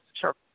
Sure